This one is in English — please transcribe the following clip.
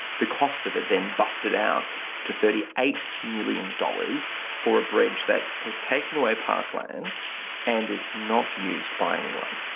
the cost of it then busted out to thirty eight million dollars for a bridge that has taken away parklands and is not used by anyone.